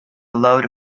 load